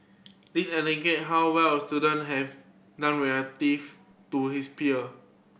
this indicate how well a student have done relative to his peer